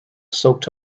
soaked